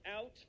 out